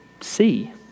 see